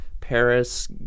Paris